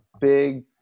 big